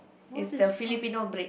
is the Filipino bread